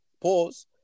pause